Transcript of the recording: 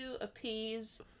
appease